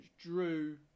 drew